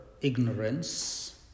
ignorance